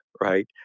right